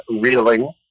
reeling